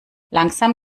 langsam